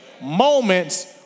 Moments